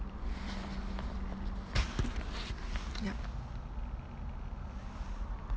yup